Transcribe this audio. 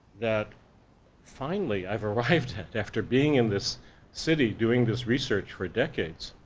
that finally i've arrived at, after being in this city doing this research for decades,